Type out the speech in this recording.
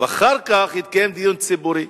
ואחר כך יתקיים דיון ציבורי.